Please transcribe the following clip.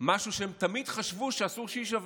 משהו שהם תמיד חשבו שאסור שיישבר,